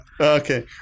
Okay